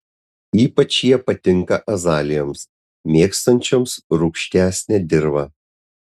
ypač jie patinka azalijoms mėgstančioms rūgštesnę dirvą